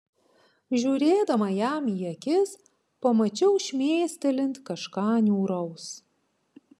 žiūrėdama jam į akis pamačiau šmėstelint kažką niūraus